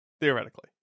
theoretically